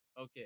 Okay